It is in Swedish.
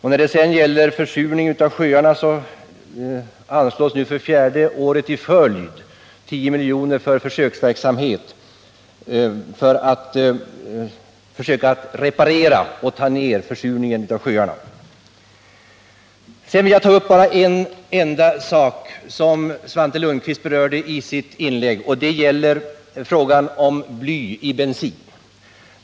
I fråga om försurning av sjöar anslås nu för fjärde året i följd 10 miljoner för försöksverksamhet för att reparera skadorna och minska försurningen av sjöarna. Jag vill efter denna redovisning anknyta till endast en av de frågor som Svante Lundkvist berörde i sitt inlägg, nämligen frågan om blyhalten i bensin.